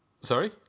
Sorry